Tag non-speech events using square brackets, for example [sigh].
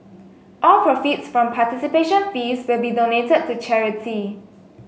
all [unintelligible] from participation fees will be donated to charity